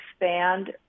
expand